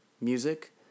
music